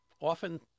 often